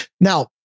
now